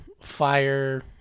fire